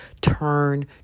turn